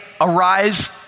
arise